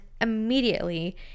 immediately